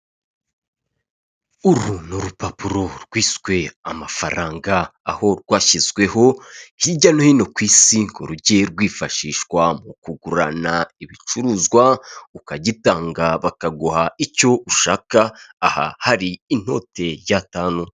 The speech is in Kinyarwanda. Uru ni urupapuro rwiswe amafaranga aho rwashyizweho hirya no hino ku isi ngo ruge rwifashishwa mu kugurana ibicuruzwa ukagitanga bakaguha icyo ushaka, aha hari inote y'atanu.